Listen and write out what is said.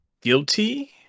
Guilty